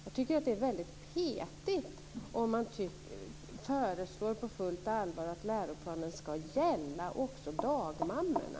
Jag tycker att det är petigt om man på fullt allvar föreslår att läroplanen också skall gälla dagmammorna.